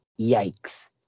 Yikes